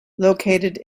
located